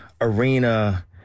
arena